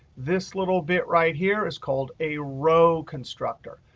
this little bit right here is called a row constructor.